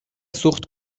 سوخت